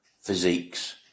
physiques